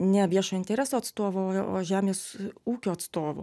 ne viešo intereso atstovu o žemės ūkio atstovu